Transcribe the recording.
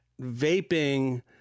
vaping